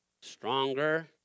stronger